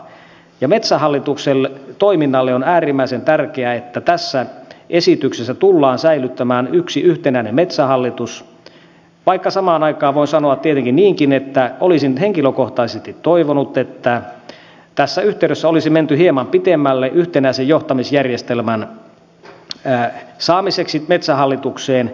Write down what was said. ja metsähallituksen toiminnalle on äärimmäisen tärkeää että tässä esityksessä tullaan säilyttämään yksi yhtenäinen metsähallitus vaikka samaan aikaan voin sanoa tietenkin niinkin että olisin henkilökohtaisesti toivonut että tässä yhteydessä olisi menty hieman pitemmälle yhtenäisen johtamisjärjestelmän saamiseksi metsähallitukseen